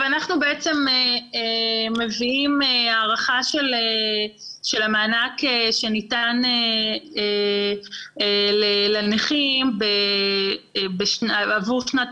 אנחנו מביאים הארכה של המענק שניתן לנכים עבור שנת